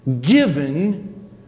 given